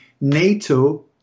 NATO